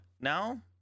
now